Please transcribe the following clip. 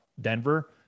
Denver